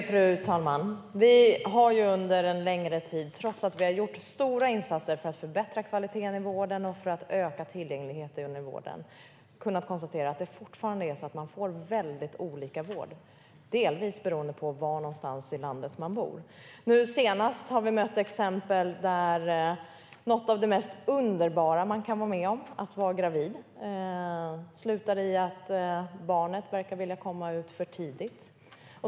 Fru talman! Vi har under en längre tid, trots att vi har gjort stora insatser för att förbättra kvaliteten i vården och för att öka tillgängligheten i vården, kunnat konstatera att man fortfarande får väldigt olika vård, delvis beroende på var någonstans i landet man bor. Nu senast har vi mött några exempel. Det handlar exempelvis om när något av det mest underbara man kan vara med om, att vara gravid, slutar i att barnet verkar vilja komma ut för tidigt.